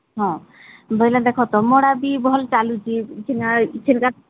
ହଁ ବୋଇଲେ ଦେଖ ତୁମର ବି ଭଲ ଚାଲୁଛି କି ନାଇଁ ସେଇଟା